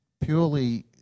Purely